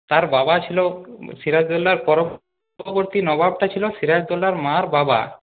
তার বাবা ছিল সিরাজদ্দৌল্লার পরবর্তী নবাবটা ছিল সিরাজদ্দৌল্লার মার বাবা